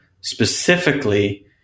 specifically